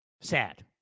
Sad